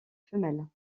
femelles